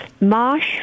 Marsh